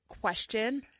question